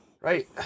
right